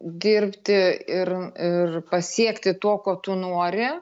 dirbti ir ir pasiekti to ko tu nori